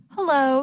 Hello